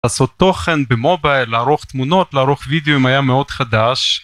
לעשות תוכן במובייל, לערוך תמונות, לערוך וידיואים היה מאוד חדש.